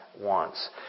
wants